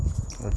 okay